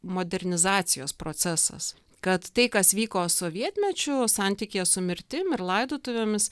modernizacijos procesas kad tai kas vyko sovietmečiu santykyje su mirtim ir laidotuvėmis